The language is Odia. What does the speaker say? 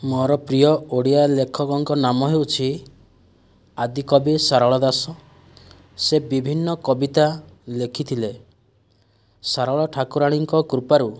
ମୋର ପ୍ରିୟ ଓଡ଼ିଆ ଲେଖକଙ୍କ ନାମ ହେଉଛି ଆଦିକବି ସାରଳା ଦାସ ସେ ବିଭିନ୍ନ କବିତା ଲେଖିଥିଲେ ସାରଳା ଠାକୁରାଣୀଙ୍କ କୃପାରୁ